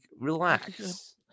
relax